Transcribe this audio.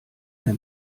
der